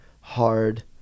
hard